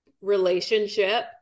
relationship